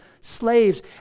slaves